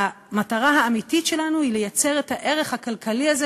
המטרה האמיתית שלנו היא לייצר את הערך הכלכלי הזה,